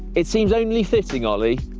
it seems only fitting ollie,